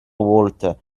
walter